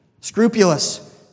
Scrupulous